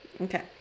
Okay